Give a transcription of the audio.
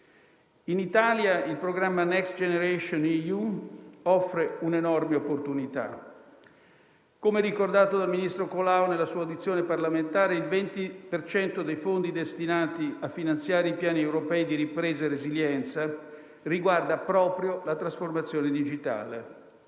In Italia il programma Next generation EU offre un'enorme opportunità. Come ricordato dal ministro Colao nella sua audizione parlamentare, il 20 per cento dei fondi destinati a finanziare i piani europei di ripresa e resilienza riguarda proprio la trasformazione digitale.